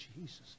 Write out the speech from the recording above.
Jesus